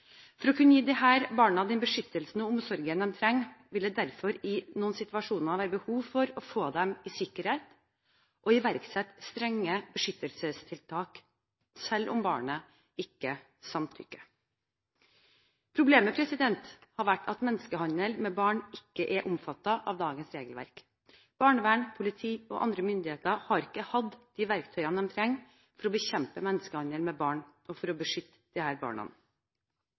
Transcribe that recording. For å kunne gi disse barna den beskyttelsen og omsorgen de trenger, vil det derfor i noen situasjoner være behov for å få dem i sikkerhet og iverksette strenge beskyttelsestiltak, selv om barnet ikke samtykker. Problemet har vært at menneskehandel med barn ikke er omfattet av dagens regelverk. Barnevern, politi og andre myndigheter har ikke hatt de verktøyene de trenger for å bekjempe menneskehandel med barn og for å beskytte disse barna. I Oslo, hvor mange av barna